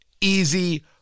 easy